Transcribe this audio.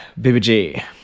BBG